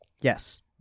Yes